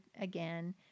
again